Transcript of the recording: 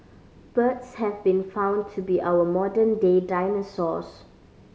birds have been found to be our modern day dinosaurs